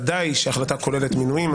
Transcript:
שבוודאי ההחלטה כוללת מינויים.